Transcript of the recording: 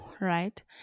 right